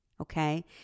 Okay